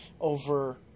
over